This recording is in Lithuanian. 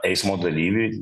eismo dalyvį